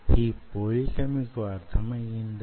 ఈ పోలిక మీకు అర్థం అయిందా